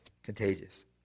Contagious